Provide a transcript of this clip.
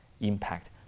impact